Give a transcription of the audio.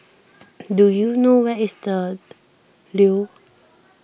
do you know where is the Leo